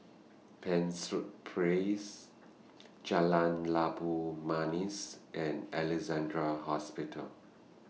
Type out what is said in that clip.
Penshurst Prase Jalan Labu Manis and Alexandra Hospital